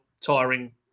tiring